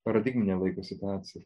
paradigminė laiko situacija